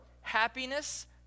happiness